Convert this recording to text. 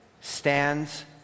stands